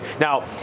Now